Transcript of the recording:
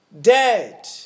dead